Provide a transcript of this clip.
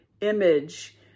image